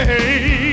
Hey